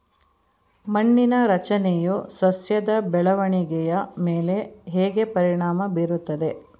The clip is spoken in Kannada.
ಮಣ್ಣಿನ ರಚನೆಯು ಸಸ್ಯದ ಬೆಳವಣಿಗೆಯ ಮೇಲೆ ಹೇಗೆ ಪರಿಣಾಮ ಬೀರುತ್ತದೆ?